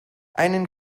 einen